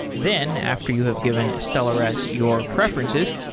then after you have given stellares your preferences,